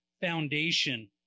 foundation